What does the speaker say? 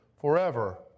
forever